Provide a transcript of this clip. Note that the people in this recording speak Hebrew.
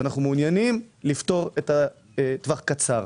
ואנחנו מעוניינים לפתור את הטווח הקצר.